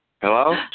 Hello